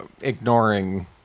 ignoring